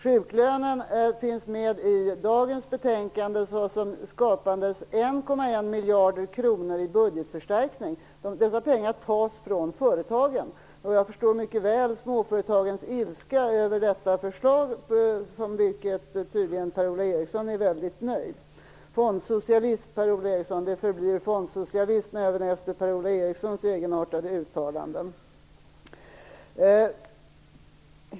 Sjuklönen finns med i dagens betänkande såsom skapande 1,1 miljarder kronor i budgetförstärkning. Dessa pengar tas från företagen. Jag förstår mycket väl småföretagens ilska över detta förslag, med vilket Per-Ola Eriksson tydligen är väldigt nöjd. Fondsocialism förblir fondsocialism även efter Per-Ola Erikssons egenartade uttalanden!